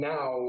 Now